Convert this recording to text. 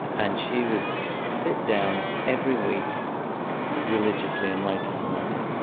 and she would sit down every week religiously and write us a letter.